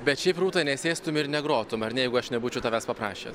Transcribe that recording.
bet šiaip rūta nesėstum ir negrotum ar ne jeigu aš nebūčiau tavęs paprašęs